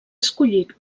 escollit